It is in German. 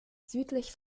südlich